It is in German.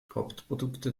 hauptprodukte